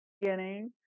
beginning